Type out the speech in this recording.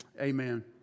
Amen